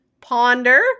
ponder